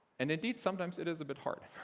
and indeed, sometimes it is a bit hard.